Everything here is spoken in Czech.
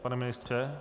Pane ministře?